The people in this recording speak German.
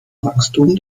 wachstum